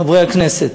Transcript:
חברי הכנסת,